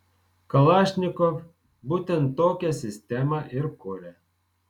kalašnikov būtent tokią sistemą ir kuria